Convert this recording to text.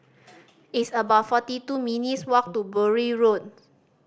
it's about forty two minutes' walk to Bury Road